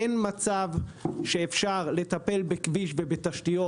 אין מצב שאפשר לטפל בכביש ובתשתיות